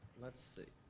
let's see.